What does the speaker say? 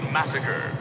Massacre